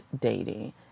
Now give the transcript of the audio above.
dating